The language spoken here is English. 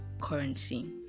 currency